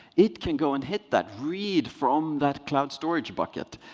it can go and hit that, read from that cloud storage bucket,